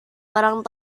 orang